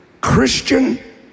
Christian